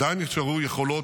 עדיין נשארו יכולות,